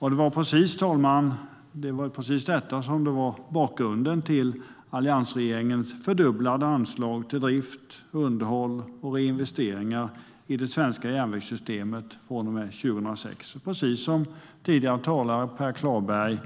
Herr talman! Det var precis detta som var bakgrunden till alliansregeringens fördubblade anslag till drift, underhåll och reinvesteringar i det svenska järnvägssystemet från och med 2006. Detta beskrevs tidigare tydligt av Per Klarberg.